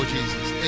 Jesus